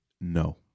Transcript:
no